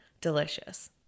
delicious